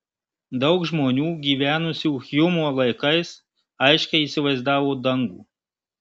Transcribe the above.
daug žmonių gyvenusių hjumo laikais aiškiai įsivaizdavo dangų